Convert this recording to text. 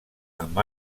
amb